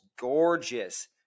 gorgeous